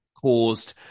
caused